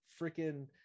freaking